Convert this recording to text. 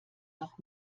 noch